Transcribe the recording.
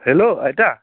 hello আইতা